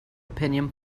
opinion